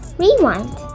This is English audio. rewind